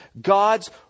God's